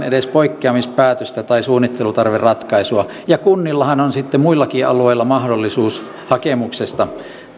edes poikkeamispäätöstä tai suunnittelutarveratkaisua ja kunnillahan on sitten muillakin alueilla mahdollisuus hakemuksesta